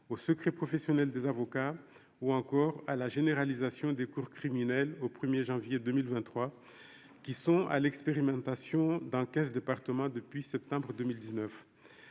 au secret professionnel des avocats ou encore à la généralisation des cours criminelles au 1er janvier 2023 qui sont à l'expérimentation dans 15 départements depuis septembre 2019